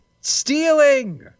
Stealing